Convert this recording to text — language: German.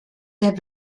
der